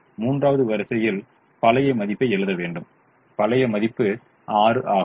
இப்போது மூன்றாவது வரிசையில் பழைய மதிப்பை எழுத வேண்டும் பழைய மதிப்பு 6 ஆகும்